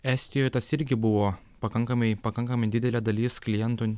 estijoj tas irgi buvo pakankamai pakankamai didelė dalis klientų